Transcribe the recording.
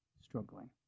Struggling